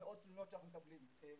שהם מקבלים את